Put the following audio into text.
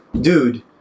dude